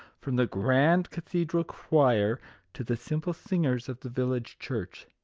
from the grand cathedral choir to the simple singers of the village church.